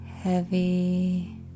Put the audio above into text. heavy